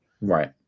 Right